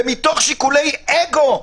ומתוך שיקולי אגו,